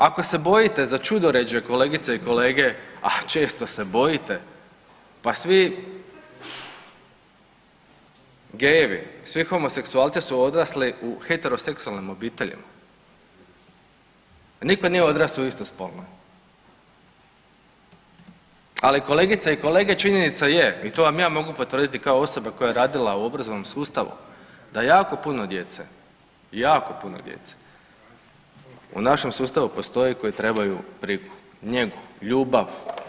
Ako se bojite za ćudoređe kolegice i kolege, a često se bojite pa svi gayevi, svi homoseksualci su odrasli u heteroseksualnim obiteljima, nitko nije odrastao u istospolnoj, ali kolegice i kolege činjenica je i to vam ja mogu potvrditi kao osoba koja je radila u obrazovnom sustavu da jako puno djece, jako puno djece u našem sustavu postoji koji trebaju brigu, njegu, ljubav.